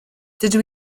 dydw